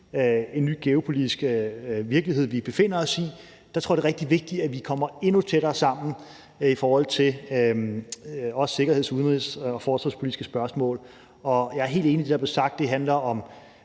en ny geopolitisk virkelighed, som vi befinder os i. Der tror jeg, det er rigtig vigtigt, at vi kommer endnu tættere sammen i forhold til også sikkerheds-, udenrigs- og forsvarspolitiske spørgsmål. Jeg er helt enig i det, der blev sagt, nemlig at